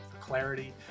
clarity